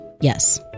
Yes